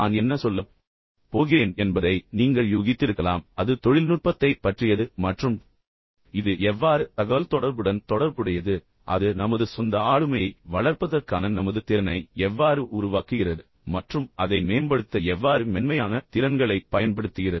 நான் என்ன சொல்லப் போகிறேன் என்பதை நீங்கள் யூகித்திருக்கலாம் அது தொழில்நுட்பத்தைப் பற்றியது மற்றும் இது எவ்வாறு தகவல்தொடர்புடன் தொடர்புடையது அது நமது சொந்த ஆளுமையை வளர்ப்பதற்கான நமது திறனை எவ்வாறு உருவாக்குகிறது அல்லது ஊக்குவிக்கிறது மற்றும் அதை மேம்படுத்த எவ்வாறு மென்மையான திறன்களைப் பயன்படுத்துகிறது